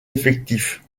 effectifs